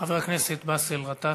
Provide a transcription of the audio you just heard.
חבר הכנסת באסל גטאס,